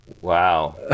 Wow